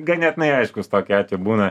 ganėtinai aiškūs tokie būna